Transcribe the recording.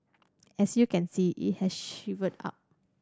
as you can see it has shrivelled up